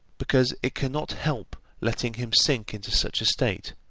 because it cannot help letting him sink into such a state,